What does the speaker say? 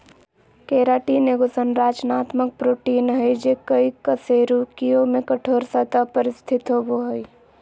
keratin एगो संरचनात्मक protein हइ जे कई कशेरुकियों में कठोर सतह पर स्थित होबो हइ